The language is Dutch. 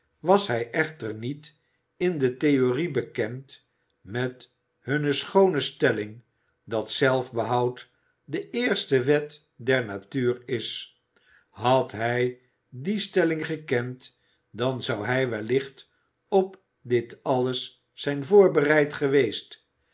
was hij echter niet in de theorie bekend met hunne schoone stelling dat zelfbehoud de eerste wet der natuur is had hij die stelling gekend dan zou hij wellicht op dit alles zijn voorbereid geweest